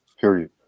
period